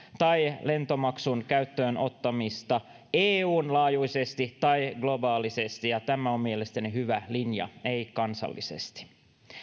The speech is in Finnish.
tai lentomaksun käyttöönottamista eun laajuisesti tai globaalisesti ja tämä on mielestäni hyvä linja ei kansallisesti